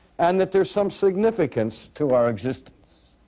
and that there's some significance to our existence.